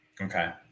Okay